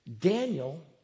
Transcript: Daniel